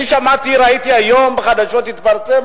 אני שמעתי וראיתי היום, והתפרסם